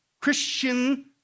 Christian